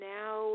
now